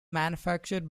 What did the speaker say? manufactured